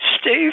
Steve